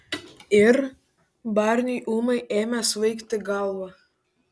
ir barniui ūmai ėmė svaigti galva